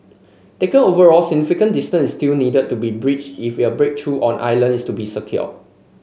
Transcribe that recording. taken overall significant distance still need to be bridged if your breakthrough on Ireland is to be secured